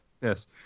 Yes